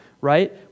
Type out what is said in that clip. right